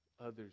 others